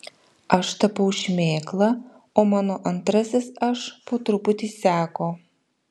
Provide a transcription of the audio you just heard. aš tapau šmėkla o mano antrasis aš po truputį seko